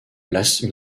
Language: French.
place